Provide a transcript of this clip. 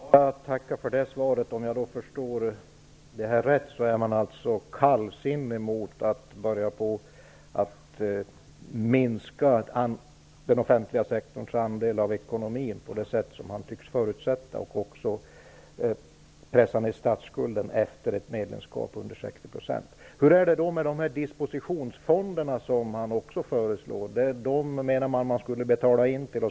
Fru talman! Jag tackar för det svaret. Om jag förstår det rätt är man alltså kallsinnig till att börja minska den offentliga sektorns andel av ekonomin på det sätt som tycks förutsättas och även till att efter ett medlemskap pressa ned statsskulden till under 60 %. Hur är det då med de dispositionsfonder som också föreslås. Dem skulle man betala in till.